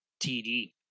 TD